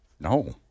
No